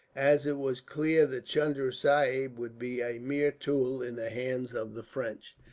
as it was clear that chunda sahib would be a mere tool in the hands of the french.